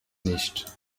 nicht